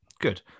good